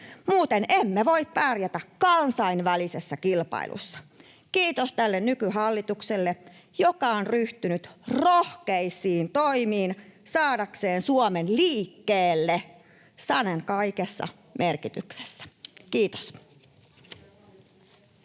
muuten emme voi pärjätä kansainvälisessä kilpailussa. Kiitos tälle nykyhallitukselle, joka on ryhtynyt rohkeisiin toimiin saadakseen Suomen liikkeelle sanan kaikissa merkityksissä. — Kiitos.